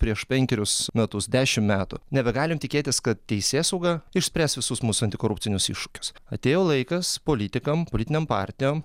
prieš penkerius metus dešimt metų nebegalim tikėtis kad teisėsauga išspręs visus mūsų antikorupcinius iššūkius atėjo laikas politikam politinėm partijom